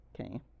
Okay